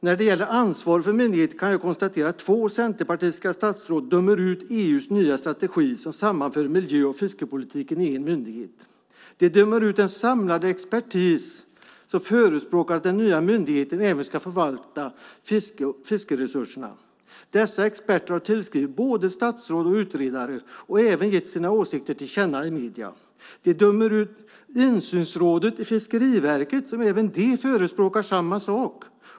När det gäller ansvaret för myndigheten kan jag konstatera att två centerpartistiska statsråd dömer ut EU:s nya strategi som sammanför miljö och fiskepolitiken i en myndighet. De dömer ut den samlade expertis som förespråkar att den nya myndigheten även ska förvalta fiskeresurserna. Dessa experter har tillskrivit både statsråd och utredare och även gett sina åsikter till känna i medierna. De dömer ut insynsrådet i Fiskeriverket, som även de förespråkar samma sak.